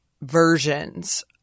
versions